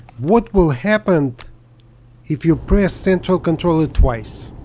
what will happen if you press central controller twice?